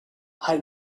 her